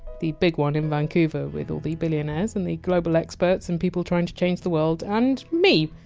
the big one in vancouver, with all the billionaires and the global experts and people trying to change the world, and! me,